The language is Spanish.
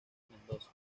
mendoza